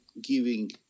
giving